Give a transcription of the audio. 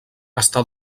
està